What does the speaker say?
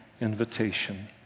invitation